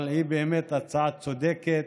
אבל היא באמת הצעה צודקת.